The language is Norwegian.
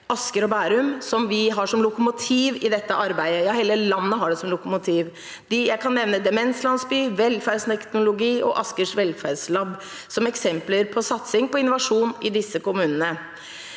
Asker og Bærum, som vi har som lokomotiv i dette arbeidet – ja, hele landet har dem som lokomotiv. Jeg kan nevne demenslandsby, velferdsteknologi og Asker velferdslab som eksempler på satsing på innovasjon i disse kommunene.